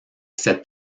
cette